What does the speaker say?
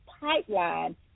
pipeline